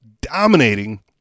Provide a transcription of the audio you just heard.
dominating